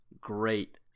great